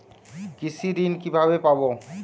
কৃষি ঋন কিভাবে পাব?